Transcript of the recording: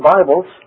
Bibles